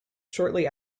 shortly